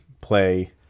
Play